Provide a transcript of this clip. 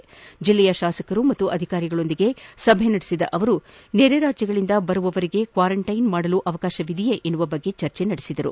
ರಾಯಚೂರು ಜಿಲ್ಲೆಯ ಶಾಸಕರು ಮತ್ತು ಅಧಿಕಾರಿಗಳೊಂದಿಗೆ ಸಭೆ ನಡೆಸಿದ ಅವರು ನೆರೆ ರಾಜ್ಯಗಳಿಂದ ಬರುವವರಿಗೆ ಕ್ವಾರಂಟೈನ್ ಮಾಡಲು ಅವಕಾಶವಿದೆಯೇ ಎಂಬ ಬಗ್ಗೆ ಚರ್ಚೆ ನಡೆಸಿದರು